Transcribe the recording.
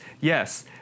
Yes